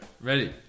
ready